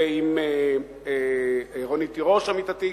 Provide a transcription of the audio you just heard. ועם רונית תירוש, עמיתתי.